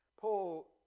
Paul